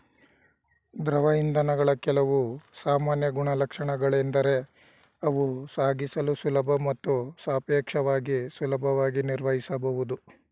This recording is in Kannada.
ದ್ರವ ಇಂಧನಗಳ ಕೆಲವು ಸಾಮಾನ್ಯ ಗುಣಲಕ್ಷಣಗಳೆಂದರೆ ಅವು ಸಾಗಿಸಲು ಸುಲಭ ಮತ್ತು ಸಾಪೇಕ್ಷವಾಗಿ ಸುಲಭವಾಗಿ ನಿರ್ವಹಿಸಬಹುದು